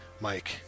Mike